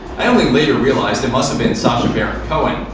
i only later realized it must have been sacha baron cohen.